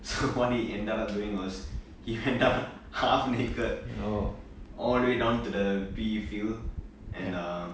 so what he ended up doing was he went down half naked all the way down to the P_E field and uh